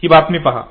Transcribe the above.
ही बातमी पहा